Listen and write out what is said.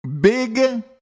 big